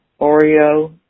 Oreo